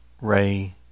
Ray